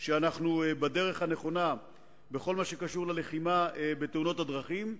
שאנחנו בדרך הנכונה בכל מה שקשור ללחימה בתאונות הדרכים.